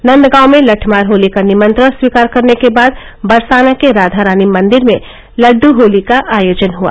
नन्दगांव में लटठमार होली का निमंत्रण स्वीकार करने के बाद बरसाना के राघा रानी मंदिर में लड़दू होली का आयोजन हुआ